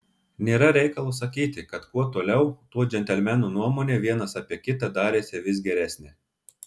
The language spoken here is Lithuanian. nėra reikalo sakyti kad kuo toliau tuo džentelmenų nuomonė vienas apie kitą darėsi vis geresnė